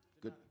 Good